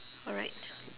alright